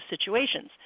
situations